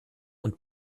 und